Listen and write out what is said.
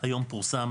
היום פורסם